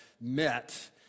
met